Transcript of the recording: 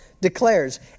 declares